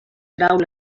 trau